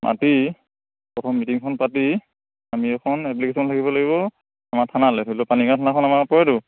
মাতি প্ৰথম মিটিংখন পাতি আমি এখন এপ্লিকেশ্যন লিখিব লাগিব আমাৰ থানালৈ থানাখন আমাৰ পৰেতো